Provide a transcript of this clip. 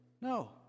No